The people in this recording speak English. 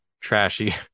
trashy